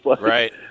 Right